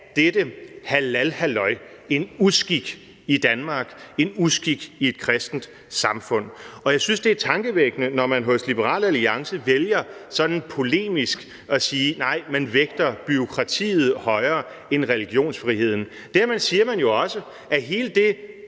dette halalhalløj en uskik i Danmark, en uskik i et kristent samfund, og jeg synes, det er tankevækkende, når man hos Liberal Alliance sådan polemisk vælger at sige: Nej, for man vægter bureaukratiet højere end religionsfriheden. Dermed siger man jo også, at hele det